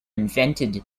invented